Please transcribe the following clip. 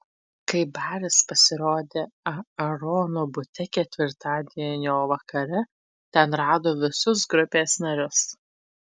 kai baris pasirodė aarono bute ketvirtadienio vakare ten rado visus grupės narius